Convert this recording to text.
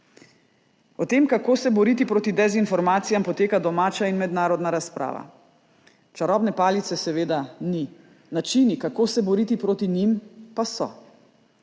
O tem, kako se boriti proti dezinformacijam, poteka domača in mednarodna razprava. Čarobne palice seveda ni. Načini, kako se boriti proti njim, pa so.